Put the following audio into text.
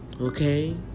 Okay